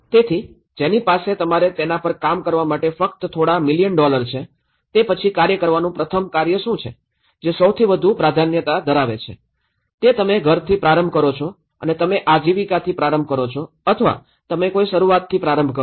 તેથી જેની પાસે તમારે તેના પર કામ કરવા માટે ફક્ત થોડા મિલિયન ડોલર છે તે પછી કાર્ય કરવાનું પ્રથમ કાર્ય શું છે જે સૌથી વધુ પ્રાધાન્યતા છે તે તમે ઘરથી પ્રારંભ કરો છો અથવા તમે આજીવિકાથી પ્રારંભ કરો છો અથવા તમે કોઈ શરૂઆતથી પ્રારંભ કરો છો